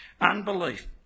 Unbelief